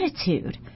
attitude